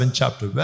chapter